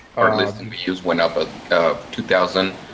our listings view went up ah of two thousand,